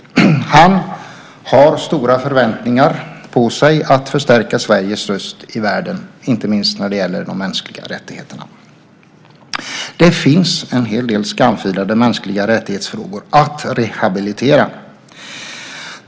Han har stora förväntningar på sig att förstärka Sveriges röst i världen, inte minst när det gäller de mänskliga rättigheterna. Det finns en hel del skamfilade frågor om mänskliga rättigheter att rehabilitera.